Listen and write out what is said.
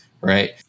right